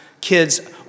kids